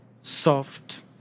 soft